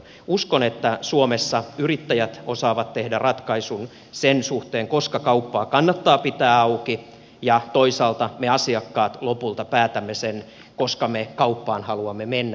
uskon että suomessa yrittäjät osaavat tehdä ratkaisun sen suhteen koska kauppaa kannattaa pitää auki ja toisaalta me asiakkaat lopulta päätämme sen koska me kauppaan haluamme mennä